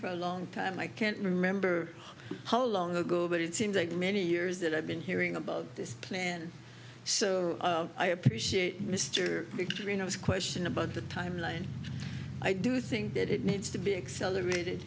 for a long time i can't remember how long ago but it seems like many years that i've been hearing about this plan so i appreciate mr victory no question about the timeline i do think that it needs to be accelerated